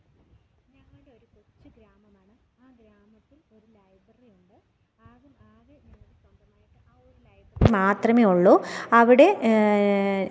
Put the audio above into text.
ഞങ്ങളുടേത് ഒരു കൊച്ചു ഗ്രാമമാണ് ആ ഗ്രാമത്തിൽ ഒരു ലൈബ്രറി ഉണ്ട് ആകെ ആകെ ഞങ്ങൾക്ക് സ്വന്തമായിട്ട് ആ ഒരു ലൈബ്രറി മാത്രമേ ഉള്ളൂ അവിടെ